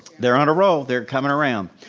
they're on a roll, they're coming around.